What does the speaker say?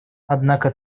однако